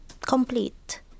complete